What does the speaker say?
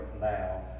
now